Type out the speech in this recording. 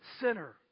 sinner